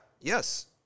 Yes